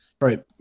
Right